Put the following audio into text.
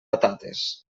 patates